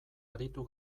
aritu